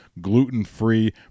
gluten-free